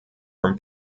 from